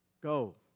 Go